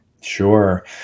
Sure